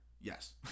Yes